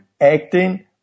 acting